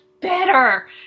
better